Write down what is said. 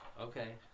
Okay